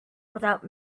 without